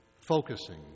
focusing